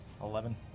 Eleven